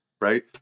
Right